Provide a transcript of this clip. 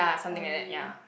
L_V